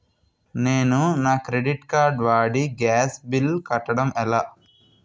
నేను నా credit card వాడి గ్యాస్ బిల్లు కట్టడం ఎలా?